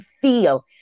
feel